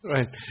Right